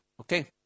Okay